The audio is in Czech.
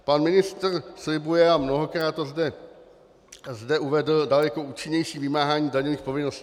Pan ministr slibuje, a mnohokrát to zde uvedl, daleko účinnější vymáhání daňových povinností.